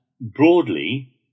Broadly